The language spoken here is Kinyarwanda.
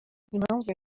impamvu